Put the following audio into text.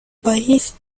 país